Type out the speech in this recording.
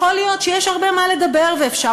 יכול להיות שיש הרבה מה לדבר ואפשר